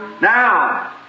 Now